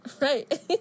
Right